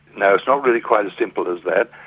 no. it's not really quite as simple as that.